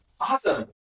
Awesome